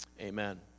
amen